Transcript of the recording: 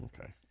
okay